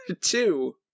Two